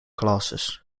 classes